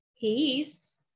peace